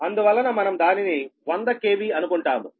అందువలన మనం దానిని 100 KV అనుకుంటాము